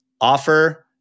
offer